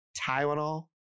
Tylenol